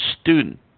student